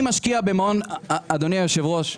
אדוני היושב-ראש,